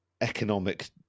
economic